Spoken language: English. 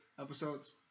episodes